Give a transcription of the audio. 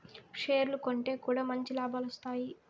షేర్లు కొంటె కూడా మంచి లాభాలు వత్తాయి